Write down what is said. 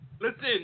Listen